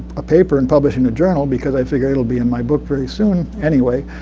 a paper and publish in the journal because i figure it'll be in my book pretty soon anyway.